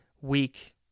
week